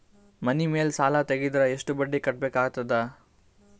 ಮನಿ ಮೇಲ್ ಸಾಲ ತೆಗೆದರ ಎಷ್ಟ ಬಡ್ಡಿ ಕಟ್ಟಬೇಕಾಗತದ?